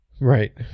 Right